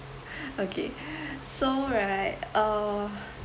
okay so right uh